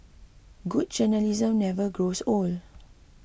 good journalism never grows old